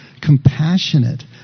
compassionate